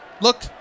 Look